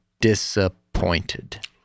disappointed